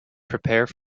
prepare